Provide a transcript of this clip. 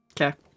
Okay